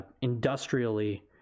industrially